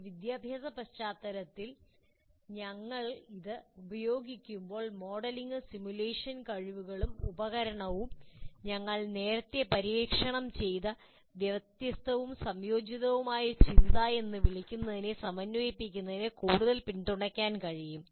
ഒരു വിദ്യാഭ്യാസ പശ്ചാത്തലത്തിൽ ഞങ്ങൾ ഇത് ഉപയോഗിക്കുമ്പോൾ മോഡലിംഗും സിമുലേഷൻ കഴിവുകളും ഉപകരണങ്ങളും ഞങ്ങൾ നേരത്തെ പര്യവേക്ഷണം ചെയ്ത വ്യത്യസ്തവും സംയോജിതവുമായ ചിന്ത എന്ന് വിളിക്കുന്നതിനെ സമന്വയിപ്പിക്കുന്നതിന് കൂടുതൽ പിന്തുണയ്ക്കാൻ കഴിയും